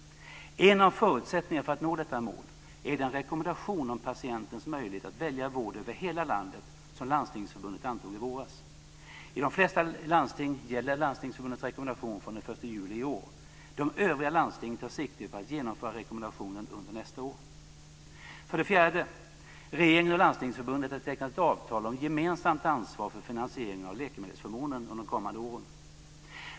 En av förutsättningarna för att nå detta mål är den rekommendation om patientens möjlighet att välja vård över hela landet som Landstingsförbundet antog i våras. I de flesta landsting gäller landstingsförbundets rekommendation från den 1 juli i år. De övriga landstingen tar sikte på att genomföra rekommendationen under nästa år. För det fjärde: Regeringen och Landstingsförbundet har tecknat ett avtal om gemensamt ansvar för finansieringen av läkemedelsförmånen under de kommande åren.